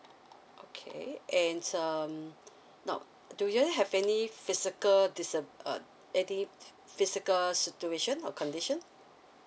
okay and um now do they have any physical disa~ uh any physical situation or condition